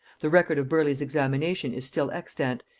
the record of burleigh's examination is still extant,